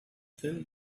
thin